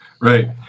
Right